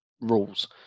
rules